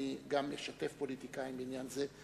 אני אשתף גם פוליטיקאים בעניין הזה,